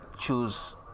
choose